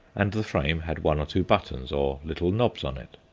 and the frame had one or two buttons or little knobs on it.